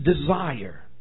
desire